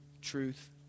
truth